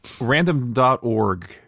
Random.org